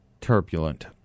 Turbulent